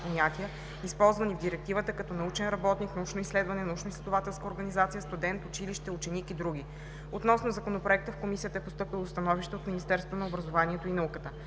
използвани в Директивата, като „научен работник“, „научно изследване“, „научноизследователска организация“, „студент“, „училище“, „ученик“ и други. Относно Законопроекта в Комисията е постъпило становище от Министерството на образованието и науката.